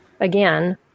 again